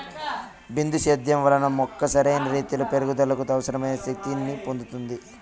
బిందు సేద్యం వలన మొక్క సరైన రీతీలో పెరుగుదలకు అవసరమైన శక్తి ని పొందుతాది